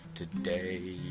today